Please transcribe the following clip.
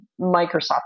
Microsoft